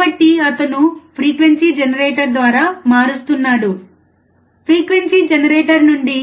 కాబట్టి అతను frequency generator ద్వారా మారుస్తున్నాడు ఫ్రీక్వెన్సీ జనరేటర్ నుండి